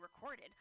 recorded